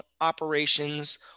operations